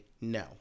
no